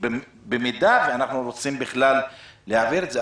אם אנחנו רוצים בכלל להעביר את זה,